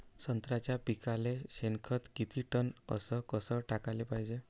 संत्र्याच्या पिकाले शेनखत किती टन अस कस टाकाले पायजे?